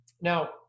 now